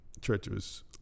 treacherous